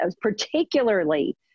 particularly